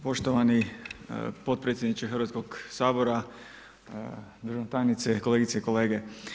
Poštovani potpredsjedniče Hrvatskog sabora, državna tajnice, kolegice i kolege.